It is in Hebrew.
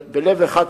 בלב אחד,